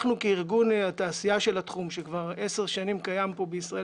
אנחנו כארגון התעשייה של התחום שכבר 10 שנים קיים בישראל,